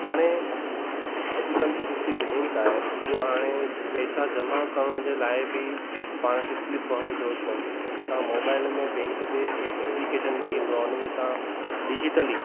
हाणे अॼुकल्ह जी जेकी बैंक आहे उहा हाणे पेसा जमा करण लाइ बि पाण खे स्लिप भरण जी ज़रूरत कोन थी पए त मोबाइल में बैंक जे एप्लीकेशन जेको ईंदो आहे उन में तव्हां डिजीटली